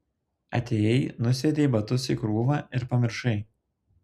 atėjai nusviedei batus į krūvą ir pamiršai